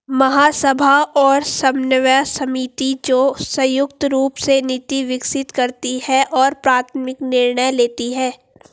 महासभा और समन्वय समिति, जो संयुक्त रूप से नीति विकसित करती है और प्राथमिक निर्णय लेती है